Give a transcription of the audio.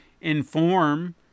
inform